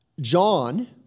John